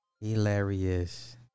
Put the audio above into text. hilarious